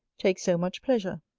take so much pleasure.